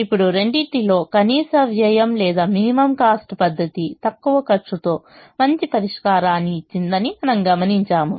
ఇప్పుడు రెండింటి లో కనీస వ్యయం లేదా మినిమం కాస్ట్ పద్ధతి తక్కువ ఖర్చుతో మంచి పరిష్కారం ఇచ్చిందని మనము గమనించాము